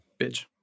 bitch